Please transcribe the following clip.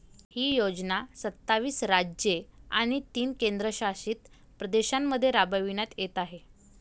ही योजना सत्तावीस राज्ये आणि तीन केंद्रशासित प्रदेशांमध्ये राबविण्यात येत आहे